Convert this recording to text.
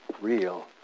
real